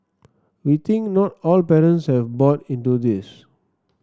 we think not all parents have bought into this